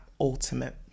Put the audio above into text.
ultimate